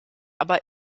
aber